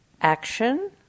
action